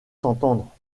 s’entendre